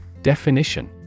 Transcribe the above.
Definition